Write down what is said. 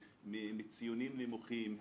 ציונים נמוכים.